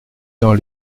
dans